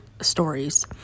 stories